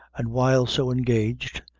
and while so engaged,